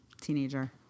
teenager